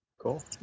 Cool